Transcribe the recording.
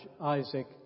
Isaac